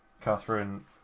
Catherine